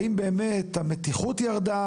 האם באמת המתיחות ירדה?